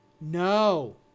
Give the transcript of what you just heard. no